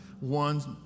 ones